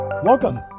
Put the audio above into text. Welcome